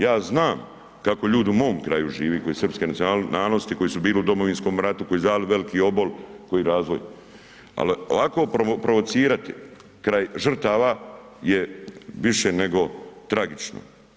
Ja znam kako ljudi u mom kraju žive koji su srpske nacionalnosti, koji su bili u Domovinskog ratu, koji su dali veliki obol, ko i razvoj ali ovako provocirati kraj žrtava je više nego tragično.